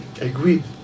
agreed